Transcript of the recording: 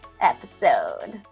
episode